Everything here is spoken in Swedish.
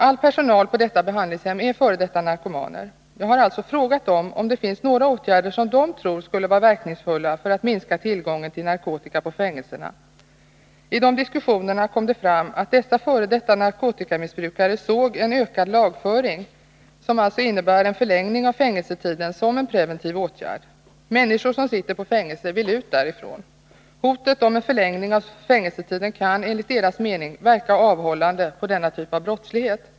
All personal på detta behandlingshem är f. d. narkomaner. Jag har frågat om det finns några åtgärder som personalen tror skulle vara verkningsfulla när det gäller att minska tillgången på narkotika vid fängelserna. I de diskussionerna kom det fram att dessa f. d. narkotikamissbrukare såg en ökad lagföring, som alltså innebär en förlängning av fängelsetiden, som en preventiv åtgärd. Människor som sitter i fängelse vill ut därifrån. Hotet om en förlängning av fängelstiden kan, enligt deras mening, verka avhållande i fråga om denna typ av brottslighet.